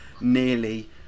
nearly